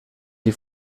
die